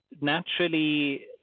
naturally